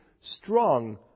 strong